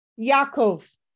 Yaakov